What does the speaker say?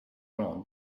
drawn